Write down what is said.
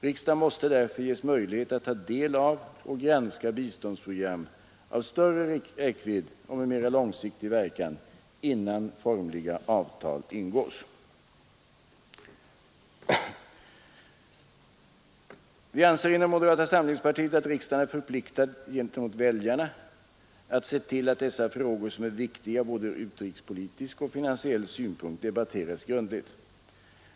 Riksdagen måste därför ges möjlighet att ta del av och granska biståndsprogram av större räckvidd och med mera långsiktig verkan innan formliga avtal ingås. Vi anser inom moderata samlingspartiet att riksdagen är förpliktad gentemot väljarna att se till att dessa frågor, som är viktiga från både utrikespolitisk och finansiell synpunkt, debatteras grundligt.